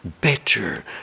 better